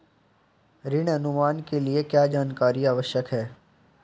ऋण अनुमान के लिए क्या जानकारी आवश्यक है?